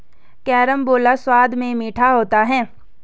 carambola स्वाद में मीठा होता है